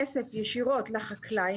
כלומר כסף ישירות לחקלאים.